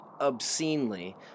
obscenely